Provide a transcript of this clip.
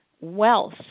wealth